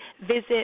visit